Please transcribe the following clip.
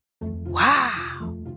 Wow